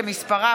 שמספרה